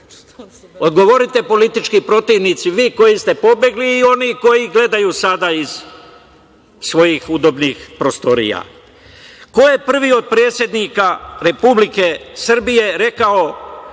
Odgovorite politički protivnici, vi koji ste pobegli i oni koji gledaju sada iz svojih udobnih prostorija? Ko je prvi od predsednika Republike Srbije rekao